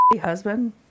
husband